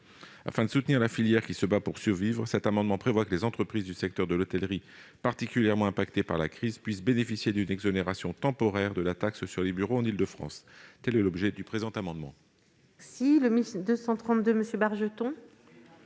Afin de soutenir cette filière qui se bat pour survivre, cet amendement tend à prévoir que les entreprises du secteur de l'hôtellerie particulièrement touchées par la crise pourront bénéficier d'une exonération temporaire de la taxe sur les locaux à usage de bureaux en Île-de-France. Tel est l'objet du présent amendement.